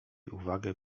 uwagę